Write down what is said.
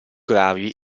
gravi